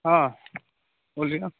हँ बोलियौ